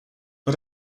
but